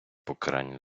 покарання